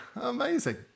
amazing